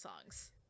songs